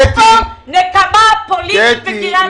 יש כאן נקמה פוליטית בקריית שמונה.